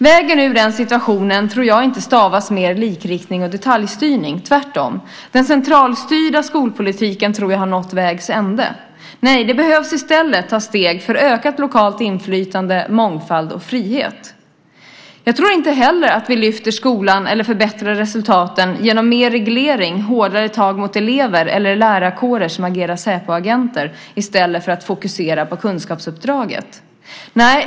Vägen ur den situationen tror jag inte är mer likriktning och detaljstyrning, tvärtom tror jag att den centralstyrda skolpolitiken har nått vägs ände. Nej, det behöver i stället tas steg för ökat lokalt inflytande, mångfald och frihet. Jag tror inte heller att vi så att säga lyfter skolan eller förbättrar resultaten genom mer reglering, hårdare tag mot elever eller en lärarkår som agerar Säpoagenter i stället för att fokusera på kunskapsuppdraget.